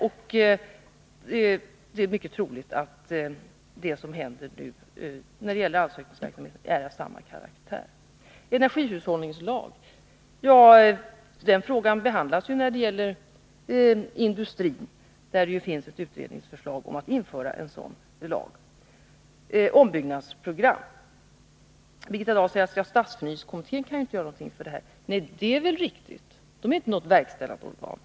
Och det är mycket troligt att det som hänt beträffande ansökningsverksamheten är av samma karaktär. Frågan om energihushållningslag när det gäller industrin tas upp i ett utredningsförslag, som går ut på att en sådan lag skall införas. Vad sedan gäller ombyggnadsprogrammet säger Birgitta Dahl att stadsförnyelsekommittén inte kan göra något därvidlag. Det är riktigt. Den är inte något verkställande organ.